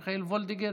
מיכל וולדיגר,